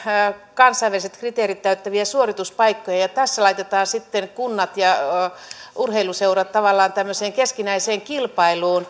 kansainväliset kriteerit täyttäviä suorituspaikkoja ja tässä laitetaan sitten kunnat ja urheiluseurat tavallaan tämmöiseen keskinäiseen kilpailuun